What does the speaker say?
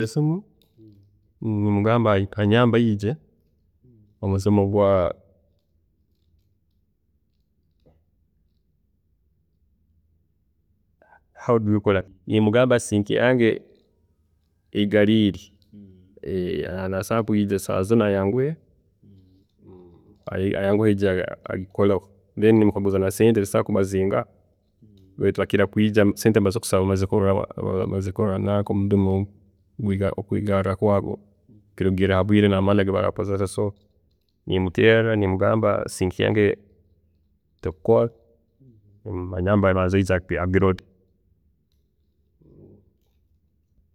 ﻿Nimugamba anyambe ayije, omudumu gwa, how do we call ahh, nimugamba esimu yange eyigaliire, asobola kwiija saaha zinu ayanguhe, umm ayanguhe ayije agikoleho, then nimukaguza na sente zisobola kuba zingaha, kwepakila kwiija sente bazikusaba bamazire kulora nanka omudumu kwiigaarra kwagwo, kurugiirra habwiire na’amanda agu baraakusasuza, nimuteerra nimugamba ansindikire ebikora, nimugamba abanze ayije agirole.